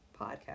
podcast